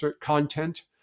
content